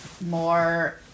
more